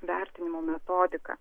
vertinimo metodiką